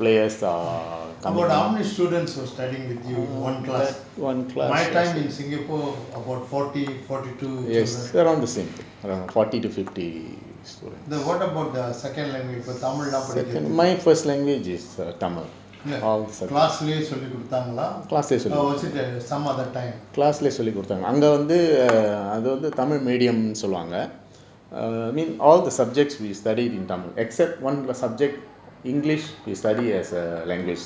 oh but how many students were studying with you in one class my time in singapore about forty forty two students then what about the second language இப்ப:ippa tamil லாம் எப்படி படிச்சிங்க:laam eppadi padichinga eh class லையே சொல்லி கொடுத்தாங்கலா:laiye solli koduthaangala or is it some other